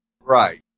Right